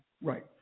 right